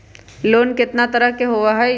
Loan केतना तरह के होअ हई?